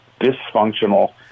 dysfunctional